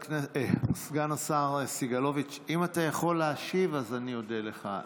סגן השר סגלוביץ', אם אתה יכול להשיב אני אודה לך.